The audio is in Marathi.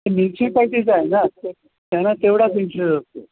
म्युन्शीपालिटीचं आहे ना त्यांना तेवढाच इंट्रेस्ट असतो